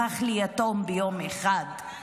הפכו ליתומים ביום אחד.